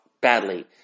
badly